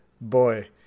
boy